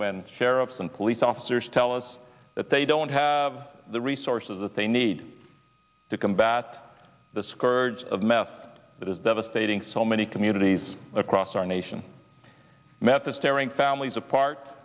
when sheriffs and police officers tell us that they don't have the resources that they need to combat the scourge of meth that is devastating so many communities across our nation meth is tearing families apart